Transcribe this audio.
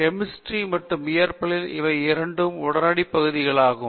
chemistry மற்றும் இயற்பியலில் இவை இரண்டும் உடனடி பகுதிகளாகும்